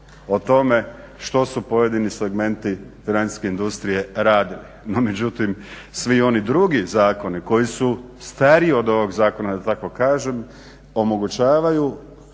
o tome što su pojedini segmenti financijske industrije radili. No međutim, svi oni drugi zakoni koji su stariji od ovog zakona da tako kažem omogućavaju